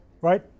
right